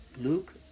Luke